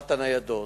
לאחת הניידות.